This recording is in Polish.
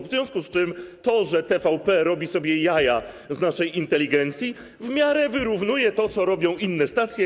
W związku z tym to, że TVP robi sobie jaja z naszej inteligencji, w miarę wyrównuje to, co robią inne stacje.